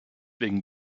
wegen